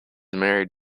married